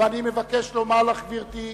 ואני מבקש לומר לך, גברתי,